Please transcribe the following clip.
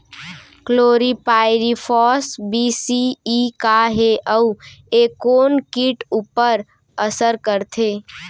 Chlorpyrifos बीस CE का हे अऊ ए कोन किट ऊपर असर करथे?